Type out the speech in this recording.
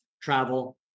travel